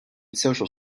social